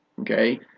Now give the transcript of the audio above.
okay